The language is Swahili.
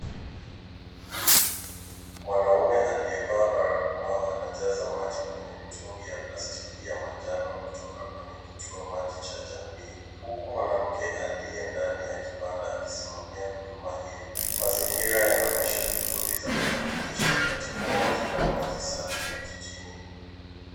Mwanaume aliyevalia barakoa anajaza maji kwenye mitungi ya plastiki ya manjano kutoka kwenye kituo maji cha jamii huku mwanamke aliyendani ya kibanda akisimamia huduma hiyo. mazingira yanaonyesha juhudi za kuhakikisha upatikanaji wa maji safi vijijini.